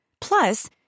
Plus